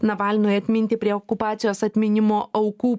navalnui atminti prie okupacijos atminimo aukų